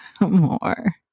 more